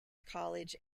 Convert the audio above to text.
college